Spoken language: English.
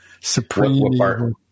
supreme